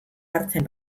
hartzen